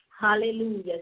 Hallelujah